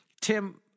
Tim